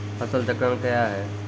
फसल चक्रण कया हैं?